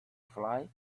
fly